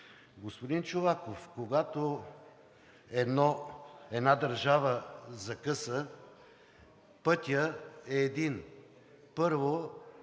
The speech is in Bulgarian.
Господин Чолаков, когато една държава закъса, пътят е един – първо